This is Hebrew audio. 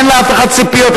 אין לאף אחד ציפיות.